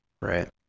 right